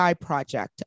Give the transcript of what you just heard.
project